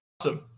Awesome